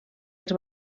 els